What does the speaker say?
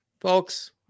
folks